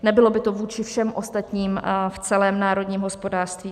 Nebylo by to vůči všem ostatním v celém národním hospodářství fér.